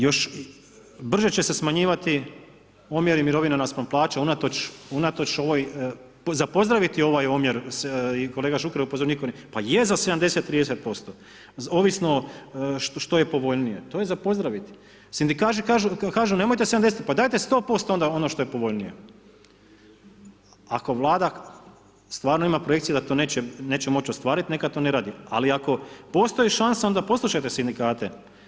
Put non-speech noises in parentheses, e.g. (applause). Još brže će se smanjivati omjeri mirovina naspram plaća unatoč ovoj, za pozdraviti je ovaj omjer i kolega Šuker je upozorio, nitko ... (unintelligible) pa i je za 70, 30% ovisno što je povoljnije, to je za pozdraviti, sindikati kažu nemojte 70 pa daje 100% onda ono što je povoljnije, ako Vlada stvarno ima projekciju da to neće moć ostvarit neka to neradi, ali ako postoji šansa onda poslušajte sindikate.